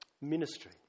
Ministry